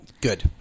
Good